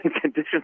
conditions